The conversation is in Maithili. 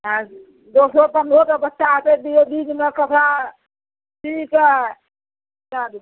हँ दसो पनरहो टा बच्चा आबै दिऔ बीचमे कपड़ा सीके दै देबै